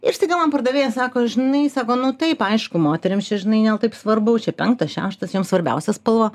ir staiga man pardavėjas sako žinai sako nu taip aišku moterims čia žinai ne taip svarbu čia penktas šeštas joms svarbiausia spalva